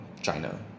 China